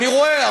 אני רואה.